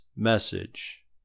message